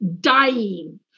dying